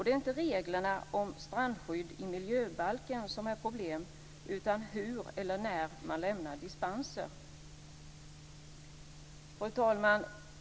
Det är inte reglerna om strandskydd i miljöbalken som är problemet, utan hur och när man lämnar dispenser. Fru talman!